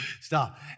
stop